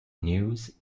news